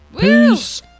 Peace